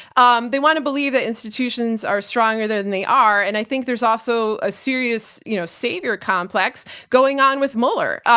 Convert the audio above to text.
um they want to believe that institutions are stronger than they are. and i think there's also a serious you know savior complex going on with mueller.